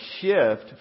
shift